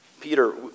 Peter